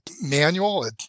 manual